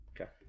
Okay